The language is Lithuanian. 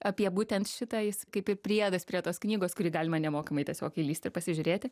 apie būtent šitą jis kaip ir priedas prie tos knygos kurį galima nemokamai tiesiog įlįsti ir pasižiūrėti